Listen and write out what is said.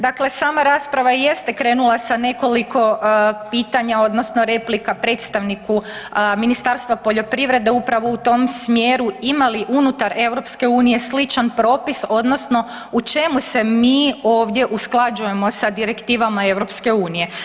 Dakle sama rasprava i jeste krenula sa nekoliko pitanja odnosno replika predstavniku Ministarstva poljoprivrede upravo u tom smjeru, ima li unutar EU sličan propis odnosno u čemu se mi ovdje usklađujemo sa direktivama EU.